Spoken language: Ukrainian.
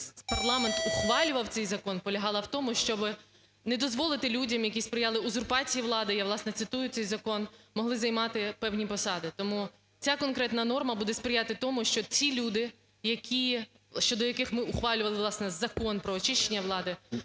парламент ухвалював цей закон, полягала в тому, щоб не дозволити людям, які сприяли узурпації влади, я, власне, цитую цей закон, могли займати певні посади. Тому ця конкретна норма буде сприяти тому, що ці люди, щодо яких ми ухвалювали, власне, Закон про очищення влади,